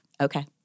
Okay